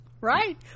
right